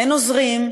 אין עוזרים,